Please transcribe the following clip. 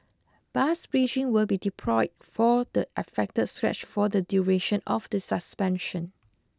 bus bridging will be deployed for the affected stretch for the duration of the suspension